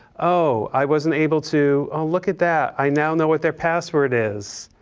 oh, i wasn't able to, oh look at that. i now know what their password is.